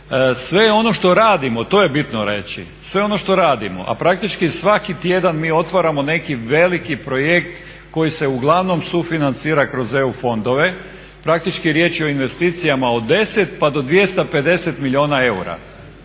sve ono što radimo, a praktički svaki tjedan mi otvaramo neki veliki projekt koji se uglavnom sufinancira kroz EU fondove. Praktički riječ je o investicijama od 10 pa do 250 milijuna eura